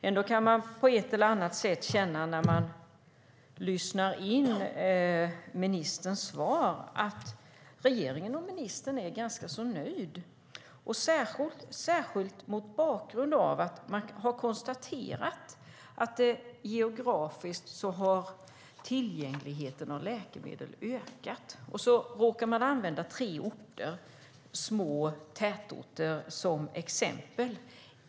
Ändå kan man när man lyssnar på ministerns svar på ett eller annat sätt känna att regeringen och ministern är ganska nöjda. Ministern, och övriga regeringen, är ganska nöjd, särskilt mot bakgrund av att de konstaterat att tillgängligheten till läkemedel ökat geografiskt. Sedan tar statsrådet upp tre små tätorter som exempel.